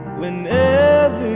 whenever